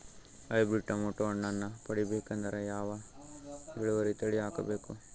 Hybrid tomato ಹಣ್ಣನ್ನ ಪಡಿಬೇಕಂದರ ಯಾವ ಇಳುವರಿ ತಳಿ ಹಾಕಬೇಕು?